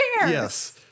Yes